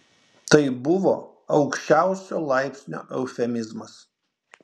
tai buvo aukščiausio laipsnio eufemizmas